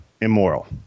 immoral